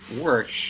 work